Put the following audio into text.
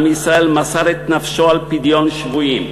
עם ישראל מסר את נפשו על פדיון שבויים.